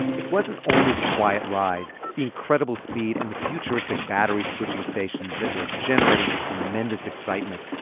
it wasn't only the quiet ride, the incredible speed, and the futuristic battery switching stations that were generating tremendous excitement.